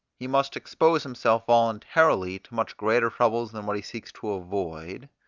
he must expose himself voluntarily to much greater troubles than what he seeks to avoid,